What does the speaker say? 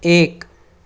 એક